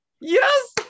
Yes